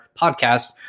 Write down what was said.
podcast